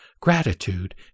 Gratitude